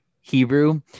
Hebrew